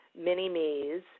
mini-me's